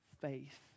faith